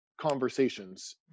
conversations